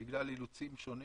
בגלל אילוצים שונים: